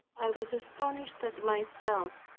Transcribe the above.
i was astonished at myself.